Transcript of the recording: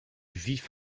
vif